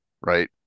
Right